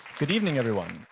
good evening, everyone.